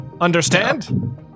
Understand